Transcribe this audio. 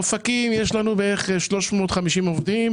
באופקים בערך 350 עובדים,